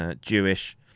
Jewish